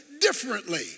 differently